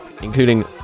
including